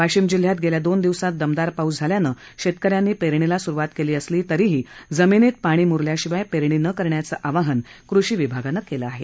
वाशिम जिल्ह्यात गेल्या दोन दिवसात दमदार पाऊस झाल्यानं शेतकऱ्यांनी पेरणीला सुरुवात केली असली तरीही जमिनीत पाणी मुरल्याशिवाय पेरणी न करण्याच आवाहन कृषी विभागान केल आहे